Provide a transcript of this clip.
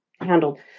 handled